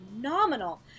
phenomenal